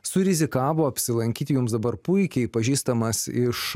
surizikavo apsilankyti jums dabar puikiai pažįstamas iš